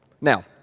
Now